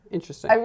Interesting